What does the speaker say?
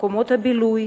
מקומות הבילוי,